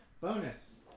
Bonus